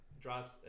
drops